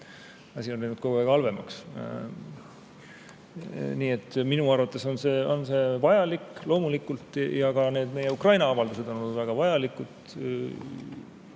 Asi on läinud kogu aeg halvemaks. Nii et minu arvates on see vajalik, loomulikult, ja ka meie Ukraina-avaldused on olnud väga vajalikud.